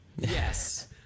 Yes